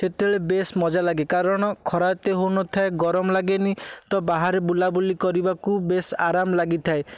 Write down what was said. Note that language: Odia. ସେତେବେଳେ ବେସ୍ ମଜା ଲାଗେ କାରଣ ଖରା ଏତେ ହଉ ନ ଥାଏ ଗରମ ଲାଗେନି ତ ବାହାରେ ବୁଲାବୁଲି କରିବାକୁ ବେସ୍ ଆରାମ୍ ଲାଗିଥାଏ